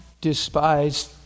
despised